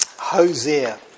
Hosea